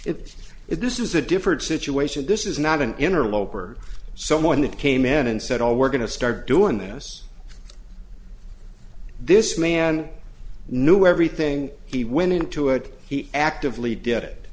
it is this is a different situation this is not an interloper someone that came in and said all we're going to start doing this this man knew everything he went into it he actively did it